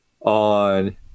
on